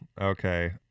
Okay